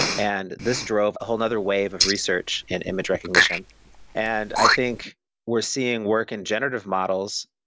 and this drove a whole another wave of research in image recognition and i think we're seeing work in generative models.